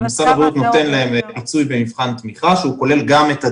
משרד הבריאות נותן להן פיצוי במבחן תמיכה שכולל גם את הדיגום,